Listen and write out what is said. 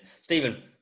Stephen